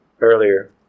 earlier